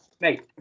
Mate